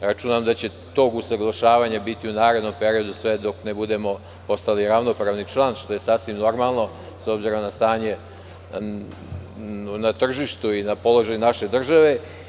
Računam da će tog usaglašavanja biti u narednom periodu, sve dok ne budemo postali ravnopravni član, što je sasvim normalno, s obzirom na stanje na tržištu i položaj naše države.